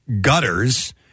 gutters